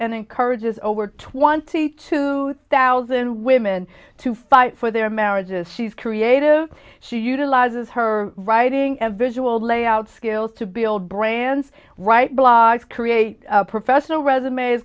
and encourages over twenty two thousand women to fight for their marriages she's creative she utilizes her writing and visual layout skills to build brands write blogs create professional resume